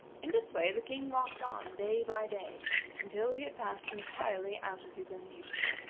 in this way the king walked on day by day until he had passed entirely out of his own kingdom.